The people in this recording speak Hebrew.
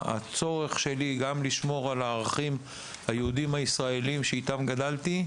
הצורך שלי גם לשמור על הערכים היהודיים הישראליים שאיתם גדלתי,